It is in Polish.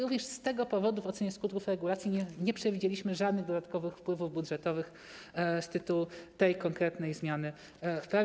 Również z tego powodu w ocenie skutków regulacji nie przewidzieliśmy żadnych dodatkowych wpływów budżetowych z tytułu tej konkretnej zmiany w prawie.